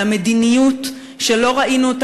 על המדיניות שלא ראינו,